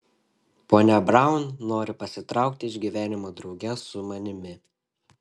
ponia braun nori pasitraukti iš gyvenimo drauge su manimi